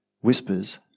whispers